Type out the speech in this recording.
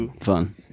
Fun